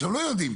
לא יודעים,